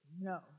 No